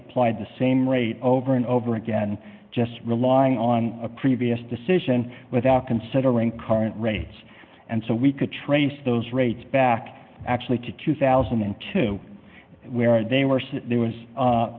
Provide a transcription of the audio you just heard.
applied the same rate over and over again just relying on a previous decision without considering current rates and so we could trace those rates back actually to two thousand and two where they were say there was a